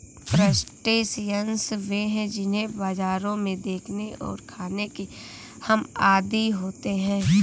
crustaceans वे हैं जिन्हें बाजारों में देखने और खाने के हम आदी होते हैं